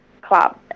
club